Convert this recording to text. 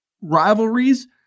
rivalries